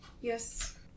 Yes